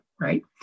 right